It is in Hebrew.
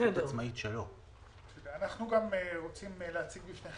אנחנו רוצים להציג בפניכם